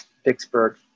Vicksburg